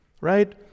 right